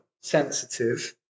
sensitive